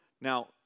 Now